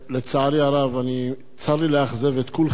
צר לי לאכזב את כולכם כאן,